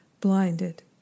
blinded